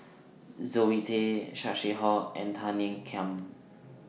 Zoe Tay Saw Swee Hock and Tan Ean Kiam